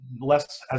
less